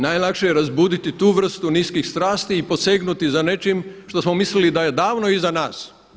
Najlakše je razbuditi tu vrstu niskih strasti i posegnuti za nečim što smo mislili da je davno iza nas.